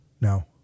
No